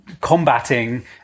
combating